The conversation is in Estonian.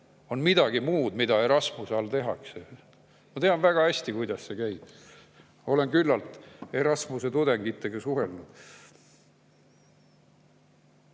on [see], mida Erasmuse all tehakse. Ma tean väga hästi, kuidas see käib, olen küllalt Erasmuse tudengitega suhelnud. Nii